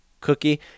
cookie